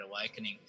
awakening